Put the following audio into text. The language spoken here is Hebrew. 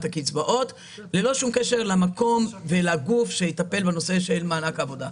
הקצבאות ללא שום קשר למקום ולגוף שיטפל בנושא של מענק העבודה.